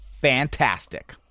Fantastic